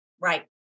right